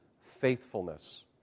faithfulness